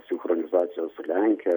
sinchronizacijos su lenkija